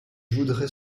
voudrais